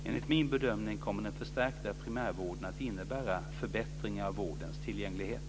Enligt min bedömning kommer den förstärkta primärvården att innebära förbättringar av vårdens tillgänglighet.